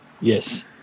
Yes